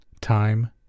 Time